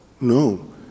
No